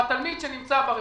האם את התלמיד שנמצא ברחוב,